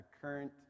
current